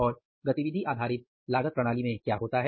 और गतिविधि आधारित लागत प्रणाली में क्या होता है